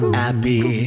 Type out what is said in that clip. happy